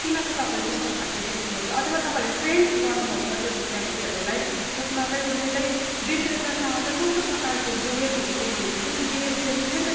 किन त तपाईँले त्यस्तो खालके व्यक्तिहरू चाहिँ अथवा तपाईँले ट्रेन गर्नुपर्छ त्यो व्यक्तिहरूलाई जसमा चाहिँ उसले चाहिँ विक्रेतासँग चाहिँ कस्तो प्रकारको विहेव देखाउने किन विहेवियरले नि त